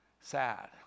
sad